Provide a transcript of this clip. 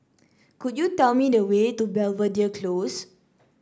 could you tell me the way to Belvedere Close